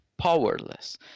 powerless